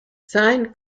sine